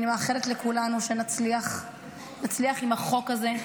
אני מאחלת לכולנו שנצליח עם החוק הזה,